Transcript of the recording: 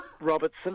Robertson